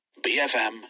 BFM